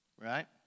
Right